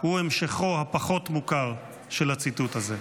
זה המשכו הפחות-מוכר של הציטוט הזה.